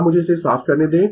अब मुझे इसे साफ करने दें